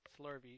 slurvy